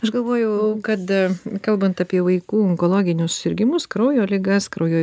aš galvojau kad kalbant apie vaikų onkologinius susirgimus kraujo ligas kraujo